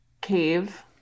cave-